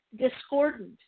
discordant